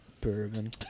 Bourbon